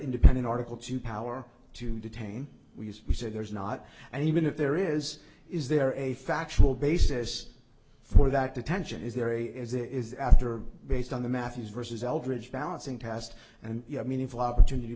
independent article two power to detain we as we said there is not and even if there is is there a factual basis for that detention is there a is there is after based on the matthews versus eldridge balancing test and you have meaningful opportunity to